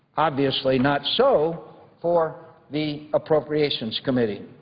obviously not so for the appropriations committee.